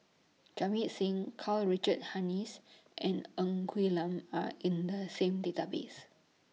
Jamit Singh Karl Richard Hanitsch and Ng Quee Lam Are in The same Database